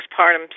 Postpartum